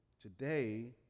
Today